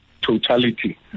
Totality